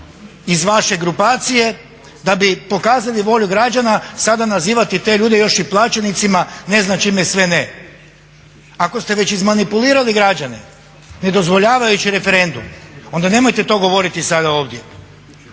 iz vaše grupacije, da bi pokazali volju građana sada nazivati te ljude još i plaćenicima, ne znam čime sve ne. Ako ste već izmanipulirali građane ne dozvoljavajući referendum, onda nemojte to govoriti sada ovdje.